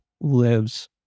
lives